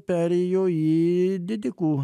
perėjo į didikų